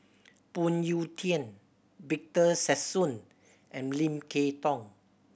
Phoon Yew Tien Victor Sassoon and Lim Kay Tong